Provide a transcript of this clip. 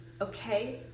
Okay